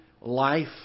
life